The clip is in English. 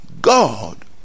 God